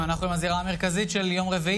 הישיבה הבאה תתקיים ביום